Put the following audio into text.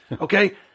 Okay